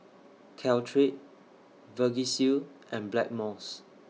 Caltrate Vagisil and Blackmores